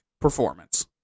performance